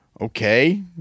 Okay